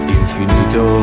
infinito